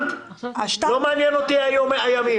יחול לגביו ההסדר המיטיב מביניהם".